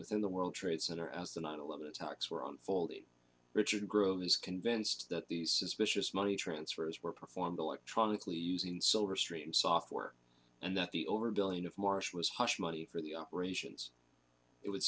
within the world trade center as the nine eleven attacks were unfolding richard grove is convinced that these suspicious money transfers were performed electronically using silver stream software and that the over a billion of marsh was hush money for the operations it would